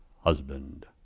husband